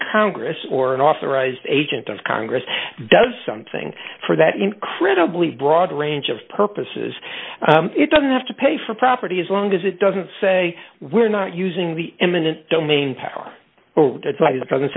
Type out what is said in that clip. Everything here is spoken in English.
congress or an authorized agent of congress does something for that incredibly broad range of purposes it doesn't have to pay for property as long as it doesn't say we're not using the eminent domain power or what it's like